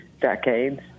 decades